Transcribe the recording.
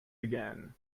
again